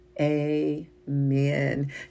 amen